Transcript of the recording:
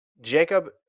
Jacob